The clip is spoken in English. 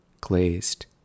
glazed